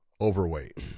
overweight